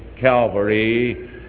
Calvary